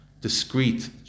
discrete